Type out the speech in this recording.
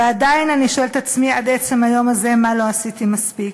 ועדיין אני שואלת את עצמי עד עצם היום הזה מה לא עשיתי מספיק.